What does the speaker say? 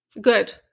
Good